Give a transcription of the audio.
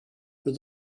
but